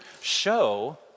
show